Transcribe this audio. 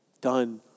done